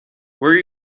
were